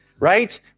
right